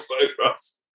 photographs